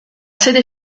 sede